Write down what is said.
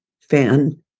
fan